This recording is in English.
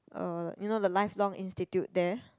oh you know the Lifelong institute there